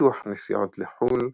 ביטוח נסיעות לחו"ל,